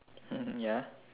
mm ya